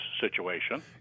situation